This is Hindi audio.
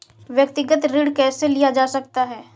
व्यक्तिगत ऋण कैसे लिया जा सकता है?